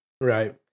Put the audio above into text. Right